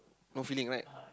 no feeling right